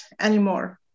anymore